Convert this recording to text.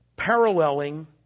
paralleling